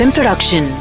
Production